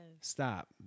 Stop